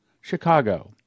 Chicago